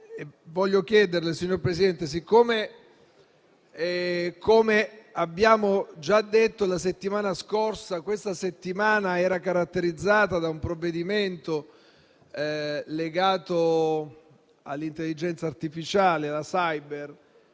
tagliola. Signor Presidente, come abbiamo già detto la settimana scorsa, questa settimana era caratterizzata da un provvedimento legato all'intelligenza artificiale, la